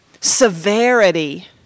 severity